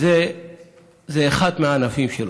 זה אחד מהענפים שלו.